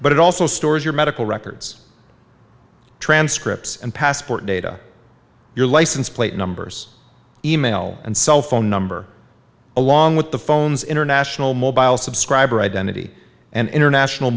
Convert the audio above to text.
but it also stores your medical records transcripts and passport data your license plate numbers e mail and cell phone number along with the phones international mobile subscriber identity and international